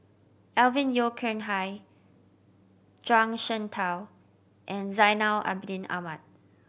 Alvin Yeo Khirn Hai Zhuang Shengtao and Zainal Abidin Ahmad